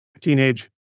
teenage